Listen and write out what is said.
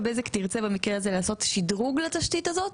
אם בזק תרצה לעשות את השדרוג לתשתית הזאת,